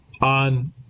on